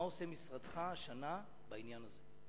מה עושה משרדך השנה בעניין הזה?